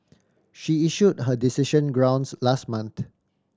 she issued her decision grounds last month